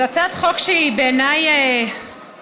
זו הצעת חוק שהיא בעיניי משמעותית,